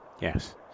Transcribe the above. Yes